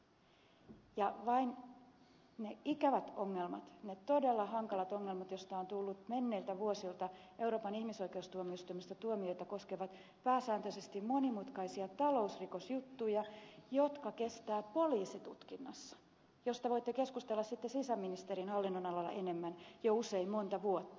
vain ne ikävät ongelmat ne todella hankalat ongelmat joista on tullut menneiltä vuosilta euroopan ihmisoikeustuomioistuimesta tuomioita koskevat pääsääntöisesti monimutkaisia talousrikosjuttuja jotka kestävät poliisitutkinnassa näistä voitte keskustella sitten sisäministeriön hallinnonalalla enemmän jo usein monta vuotta